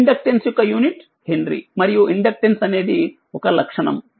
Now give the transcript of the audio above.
ఇండక్టెన్స్యొక్కయూనిట్హెన్రీమరియు ఇండక్టెన్స్అనేది లక్షణము